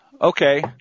Okay